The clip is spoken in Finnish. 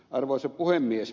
arvoisa puhemies